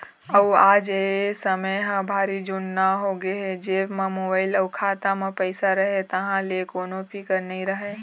अउ आज ए समे ह भारी जुन्ना होगे हे जेब म मोबाईल अउ खाता म पइसा रहें तहाँ ले कोनो फिकर नइ रहय